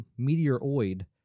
meteoroid